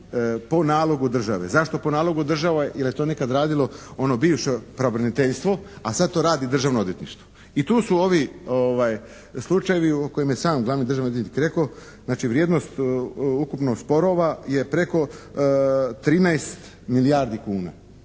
po nalogu države. Zašto po nalogu države? Jer je to nekad radilo ono bivše pravobraniteljstvo, a sad to radi Državno odvjetništvo. I tu su ovi slučajevi o kojima je sam glavni državni odvjetnik rekao, znači vrijednost ukupnost sporova je preko 13 milijardi kuna.